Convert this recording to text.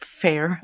fair